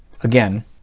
Again